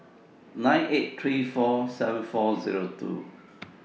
nine eight three four seven four Zero two